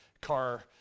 car